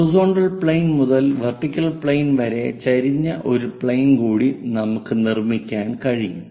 horizontal plane മുതൽ vertical plane വരെ ചരിഞ്ഞ ഒരു പ്ലെയിൻ കൂടി നമുക്ക് നിർമ്മിക്കാൻ കഴിയും